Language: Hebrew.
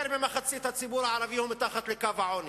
יותר ממחצית הציבור הערבי הוא מתחת לקו העוני.